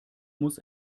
muss